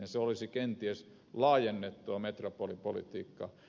se olisi kenties laajennettua metropolipolitiikkaa